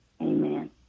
Amen